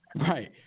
right